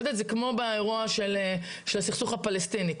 אבל זה כמו באירוע של הסכסוך הפלסטיני.